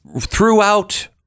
throughout